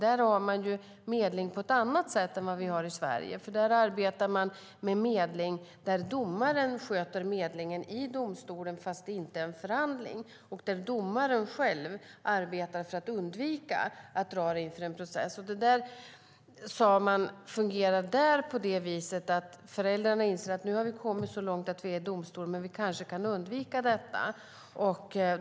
Där arbetar man medling på ett annat sätt än vad vi gör i Sverige. Där sköter domaren medlingen i domstolen, fast det inte är en förhandling. Domaren själv arbetar för att undvika att dra det till en rättslig process. Man sade att föräldrarna inser att de har kommit så långt att de kan hamna i domstol men att de kanske kan undvika detta.